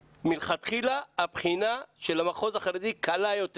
שמלכתחילה הבחינה של המחוז החרדי קלה יותר.